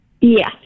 Yes